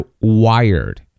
wired